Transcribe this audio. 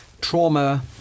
trauma